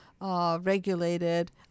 regulated